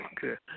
good